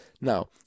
Now